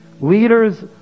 Leaders